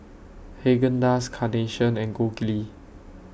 Haagen Dazs Carnation and Gold Kili